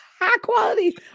high-quality